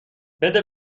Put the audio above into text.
بده